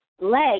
leg